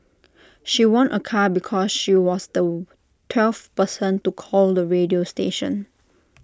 she won A car because she was the twelfth person to call the radio station